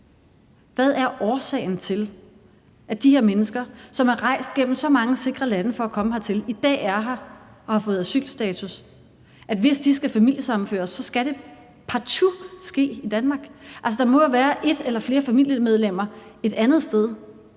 sker i Danmark. Hvis de her mennesker, som er rejst igennem så mange sikre lande for at komme hertil, som i dag er her og har fået asylstatus, skal familiesammenføres, hvad er så årsagen til, at det partout skal ske i Danmark? Altså, der må jo være et eller flere familiemedlemmer et andet sted,